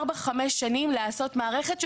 ארבע עד חמש שנים לעשות מערכת,